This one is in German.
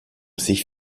sich